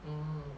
mm